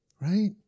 Right